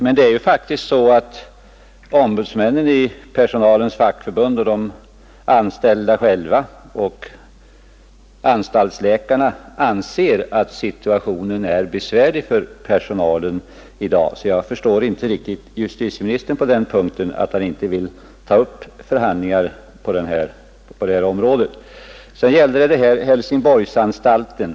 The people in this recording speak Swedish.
Men ombudsmännen i personalens fackförbund, de anställda själva och anstaltsläkarna anser att situationen är besvärlig för personalen i dag. Därför förstår jag inte riktigt varför justitieministern inte vill ta upp förhandlingar på det här området. Sedan gällde det Helsingborgsanstalten.